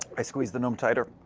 i squeeze the gnome tighter.